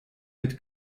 mit